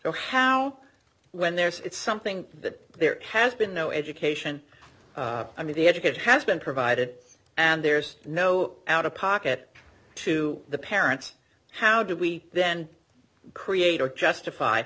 so how when there's something that there has been no education i mean the educate has been provided and there's no out of pocket to the parents how do we then create or justify